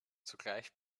zugleich